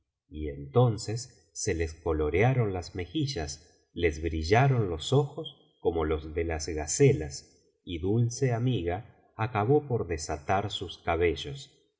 y entonces se les colorearon las mejillas les brillaron los ojos como los de las gacelas y dulce amiga acabó por desatar sus cabellos